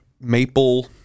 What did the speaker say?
maple